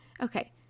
Okay